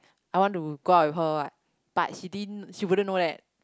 I want to go out with her what but she didn't she wouldn't know that